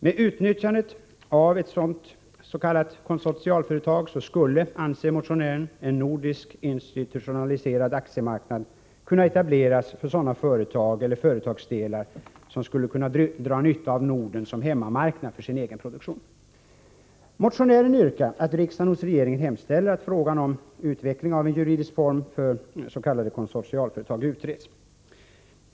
Med utnyttjande av ett konsortialföretag skulle, anser motionären, en nordisk institutionaliserad aktiemarknad kunna etableras för sådan företag eller företagsdelar som skulle kunna dra nytta av Norden som hemmamarknad för sin egen produktion. Motionären yrkar att riksdagen hos regeringen hemställer att frågan om utveckling av en juridisk form för s.k. konsortialföretag utreds.